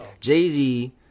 Jay-Z